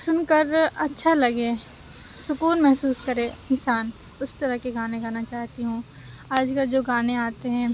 سُن کر اچھا لگے سکون محسوس کرے انسان اُس طرح کے گانے گانا چاہتی ہوں آج کل جو گانے آتے ہیں